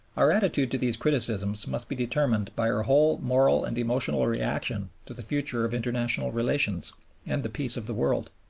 our attitude to these criticisms must be determined by our whole moral and emotional reaction to the future of international relations and the peace of the world.